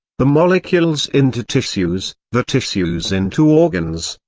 the molecules into tissues, the tissues into organs,